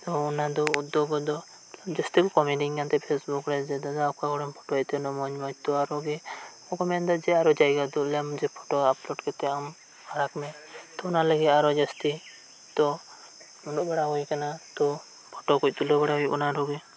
ᱛᱚ ᱚᱱᱟ ᱫᱚ ᱵᱚ ᱫᱚ ᱡᱟᱹᱥᱛᱤ ᱠᱚ ᱠᱚᱢᱮᱰ ᱟᱹᱧ ᱠᱟᱱ ᱛᱟᱦᱮᱸ ᱯᱷᱮᱥ ᱵᱩᱠ ᱨᱮ ᱡᱮ ᱫᱟᱫᱟ ᱚᱠᱟ ᱠᱚᱨᱮᱢ ᱯᱷᱳᱴᱳᱭᱮᱫ ᱛᱟᱦᱮᱸ ᱢᱚᱸᱡᱽ ᱢᱚᱸᱡᱽ ᱛᱚ ᱟᱨᱚᱜᱮ ᱠᱚ ᱢᱮᱱ ᱮᱫᱟ ᱟᱨᱚ ᱡᱟᱭᱜᱟ ᱩᱫᱩᱜ ᱟᱞᱮᱢ ᱟᱢ ᱡᱮ ᱯᱷᱳᱴᱳ ᱟᱯᱞᱳᱴ ᱠᱟᱛᱮᱫ ᱮᱢ ᱟᱲᱟᱜᱽ ᱞᱮᱫ ᱛᱚ ᱚᱱᱟ ᱞᱟᱹᱜᱤᱫ ᱟᱨ ᱦᱚᱸ ᱡᱟᱹᱥᱛᱤ ᱛᱚ ᱩᱸᱰᱩᱜ ᱵᱟᱲᱟ ᱦᱩᱭ ᱟᱠᱟᱱᱟ ᱛᱚ ᱯᱷᱳᱴᱳ ᱠᱚ ᱛᱩᱞᱟᱹᱣ ᱵᱟᱲᱟ ᱦᱩᱭᱩᱜ ᱠᱟᱱᱟ ᱟᱨᱚ ᱜᱮ